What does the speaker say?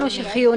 הדחוף.